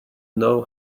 know